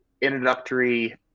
introductory